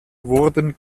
wurden